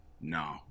No